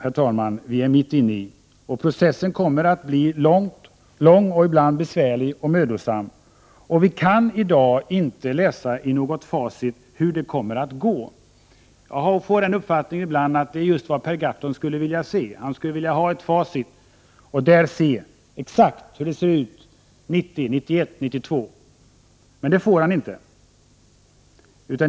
Processen kommer säkert att bli både lång, besvärlig och mödosam. Vi kan i dag inte läsa i något facit hur det kommer att gå. Ibland får jag en känsla av att det är just vad Per Gahrton vill kunna se. Han vill läsa i facit exakt hur det kommer att se ut 1990, 1991 och 1992. Men det får han inte göra.